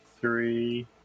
three